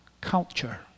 culture